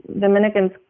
Dominicans